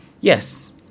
yes